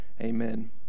Amen